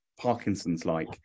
Parkinson's-like